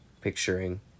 picturing